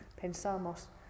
pensamos